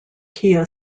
kia